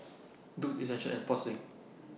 Doux Essential and Sportslink